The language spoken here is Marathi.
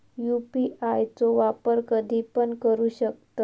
यू.पी.आय चो वापर कधीपण करू शकतव?